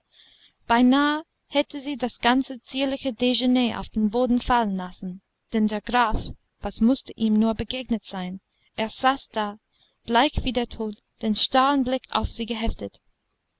beinahe hätte sie das ganze zierliche dejeuner auf den boden fallen lassen denn der graf was mußte ihm nur begegnet sein er saß da bleich wie der tod den starren blick auf sie geheftet nun